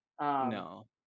No